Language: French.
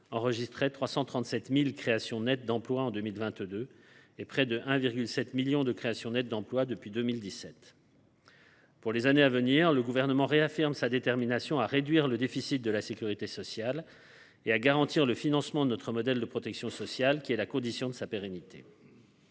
enregistrait 337 000 créations nettes d’emplois en 2022 et près de 1,7 million de créations nettes d’emplois depuis 2017. Pour les années à venir, le Gouvernement réaffirme sa détermination à réduire le déficit de la sécurité sociale et à garantir le financement de notre modèle de protection sociale, qui est la condition de sa pérennité.